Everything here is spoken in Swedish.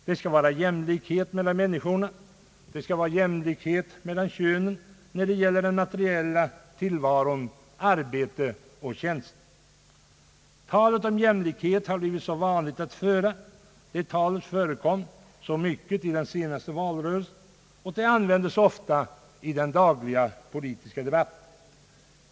Det skall vara jämlikhet mellan människorna, det skall vara jämlikhet mellan könen, när det gäller den materiella tillvaron, arbete och tjänster. Talet om jämlikhet förekom i stor omfattning i den senaste valrörelsen, och det används ofta i den dagliga politiska debatten.